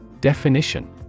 Definition